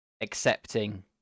accepting